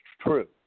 true